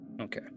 Okay